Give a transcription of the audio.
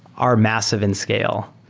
are massive in scale.